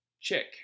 check